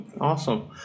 Awesome